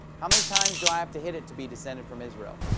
how many times do i have to hit it to be descended from israel?